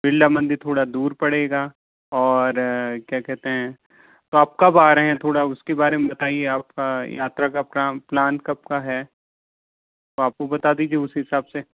बिरला मंदिर थोड़ा दूर पड़ेगा और क्या कहते हैं तो आप कब आ रहे हैं थोड़ा उसके बारे में बताइए आपका यात्रा का प्लान कब का है तो आप वो बता दीजिए उस हिसाब से